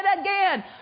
again